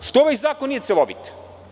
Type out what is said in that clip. Zašto ovaj zakon nije celovit?